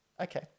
Okay